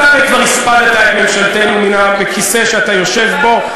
אתה הרי כבר הספדת את ממשלתנו מן הכיסא שאתה יושב בו,